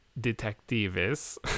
detectives